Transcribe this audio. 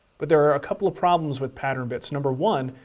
but there are couple of problems with pattern bits. number one,